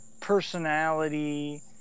Personality